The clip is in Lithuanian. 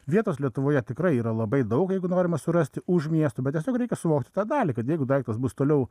vietos lietuvoje tikrai yra labai daug jeigu norime surasti už miesto bet tiesiog reikia suvokti tą dalį kad jeigu daiktas bus toliau